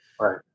Right